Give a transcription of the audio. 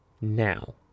now